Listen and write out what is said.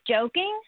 joking